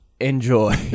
enjoy